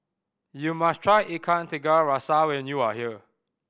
you must try Ikan Tiga Rasa when you are here